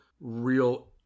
real